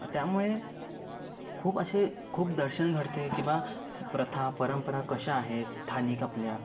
त्यामुळे खूप असे खूप दर्शन घडते की बुवा प्रथा परंपरा कशा आहेत स्थानिक आपल्या